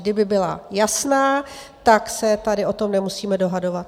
Kdyby byla jasná, tak se tady o tom nemusíme dohadovat.